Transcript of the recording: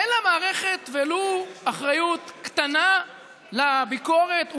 אין למערכת ולו אחריות קטנה לביקורת?